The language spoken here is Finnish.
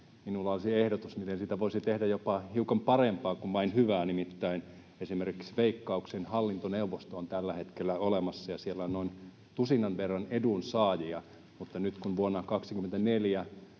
Minulla olisi ehdotus, miten siitä voisi tehdä jopa hiukan parempaa kuin vain hyvää. Nimittäin esimerkiksi Veikkauksen hallintoneuvosto on tällä hetkellä olemassa, ja siellä on noin tusinan verran edunsaajia. Mutta nyt kun vuonna 24